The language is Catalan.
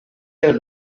del